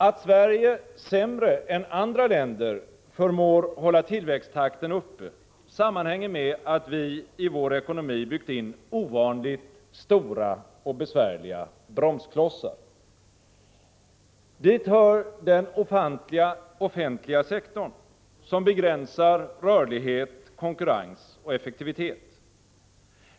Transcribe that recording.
Att Sverige sämre än andra länder förmår hålla tillväxttakten uppe sammanhänger med att vi i vår ekonomi byggt in ovanligt stora och besvärliga bromsklossar. Dit hör den ofantliga offentliga sektorn, som begränsar rörlighet, konkurrens och effektivitet.